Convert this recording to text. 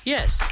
Yes